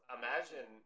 imagine